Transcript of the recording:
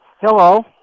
Hello